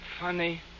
Funny